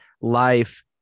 life